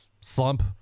slump